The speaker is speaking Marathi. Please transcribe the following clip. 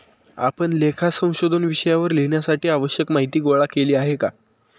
आपण लेखा संशोधन विषयावर लिहिण्यासाठी आवश्यक माहीती गोळा केली आहे का?